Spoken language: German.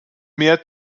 mehr